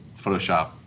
Photoshop